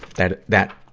that, that